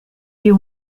you